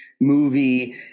movie